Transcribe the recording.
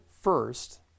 first